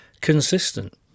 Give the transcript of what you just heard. consistent